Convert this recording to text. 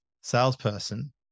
salesperson